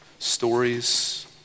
stories